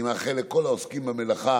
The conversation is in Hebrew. אני מאחל לכל העוסקים במלאכה